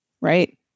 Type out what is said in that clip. right